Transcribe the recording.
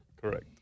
Correct